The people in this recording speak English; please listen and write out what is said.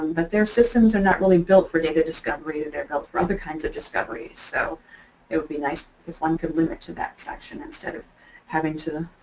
but their systems are not really built for data discovery, they're built for other kinds of discovery, so it would be nice if one could limit to that section instead of having to